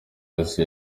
yose